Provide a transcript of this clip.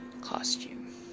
costume